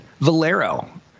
Valero